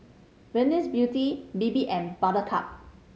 Venus Beauty Bebe and Buttercup